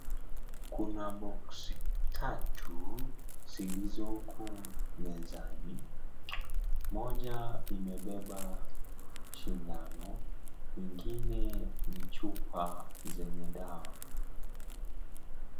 Kuna boksi tatu zilizoko mezani, moja imebeba sindano ingine ni chupa zenye dawa.